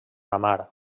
amar